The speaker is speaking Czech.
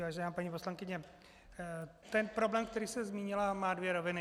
Vážená paní poslankyně, problém, který jste zmínila, má dvě roviny.